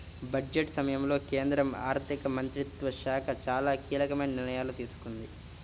budget సమయంలో కేంద్ర ఆర్థిక మంత్రిత్వ శాఖ చాలా కీలకమైన నిర్ణయాలు తీసుకుంది